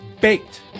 baked